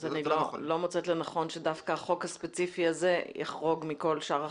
אני לא מוצאת לנכון שדווקא החוק הספציפי הזה יחרוג מכל שאר החוקים,